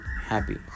happy